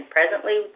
Presently